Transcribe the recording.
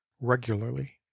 regularly